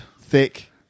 Thick